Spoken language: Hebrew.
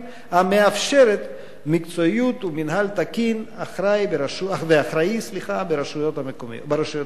המאפשרת מקצועיות ומינהל תקין ואחראי ברשויות המקומיות.